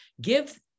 give